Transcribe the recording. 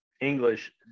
English